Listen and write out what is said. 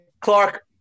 Clark